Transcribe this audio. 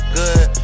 good